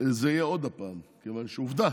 זה יהיה עוד הפעם, כיוון שעובדה